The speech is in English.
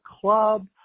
club